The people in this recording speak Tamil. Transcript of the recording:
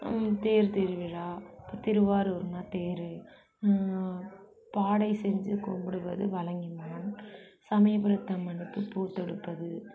தேர் திருவிழா திருவாரூருன்னா தேர் பாடை செஞ்சு கும்பிடுவது வலங்கைமான் சமயபுரத்தம்மனுக்கு பூத்தொடுப்பது